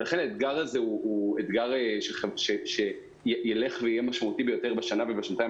ולכן האתגר הזה הוא אתגר שיילך ויהיה משמעותי ביותר בשנה ובשנתיים